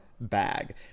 bag